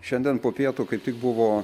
šiandien po pietų kaip tik buvo